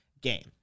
game